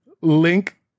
Link